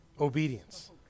obedience